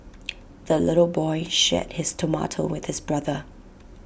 the little boy shared his tomato with his brother